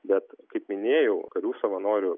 bet kaip minėjau karių savanorių